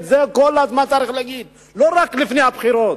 את זה כל הזמן צריך להגיד, לא רק לפני הבחירות.